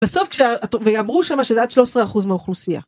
בסוף אמרו שמה שזה עד 13 אחוז מאוכלוסייה.